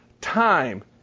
Time